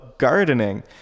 gardening